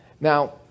Now